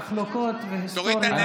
ומחלוקות והיסטוריה.